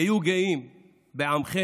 היו גאים בעמכם,